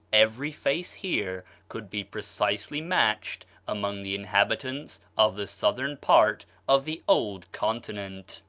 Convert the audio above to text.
every face here could be precisely matched among the inhabitants of the southern part of the old continent.